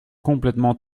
complètement